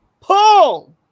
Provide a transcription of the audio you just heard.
Pull